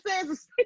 says